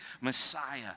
Messiah